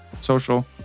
social